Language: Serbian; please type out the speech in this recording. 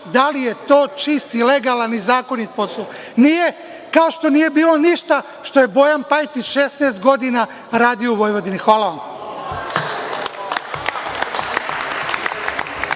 da li je to čist i legalan zakonit postupak? Nije, kao što nije bilo ništa što je Bojan Pajtić 16 godina radio u Vojvodini. Hvala vam.